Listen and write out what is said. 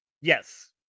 yes